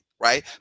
Right